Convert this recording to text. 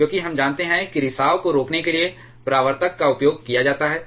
क्योंकि हम जानते हैं कि रिसाव को रोकने के लिए परावर्तक का उपयोग किया जाता है